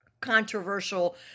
controversial